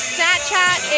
Snapchat